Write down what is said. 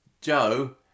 Joe